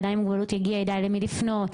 אדם עם מוגבלות יגיע ויידע אל מי לפנות.